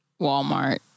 Walmart